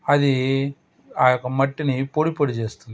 అది ఆ యొక్క మట్టిని పొడిపొడి చేస్తుంది